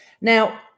Now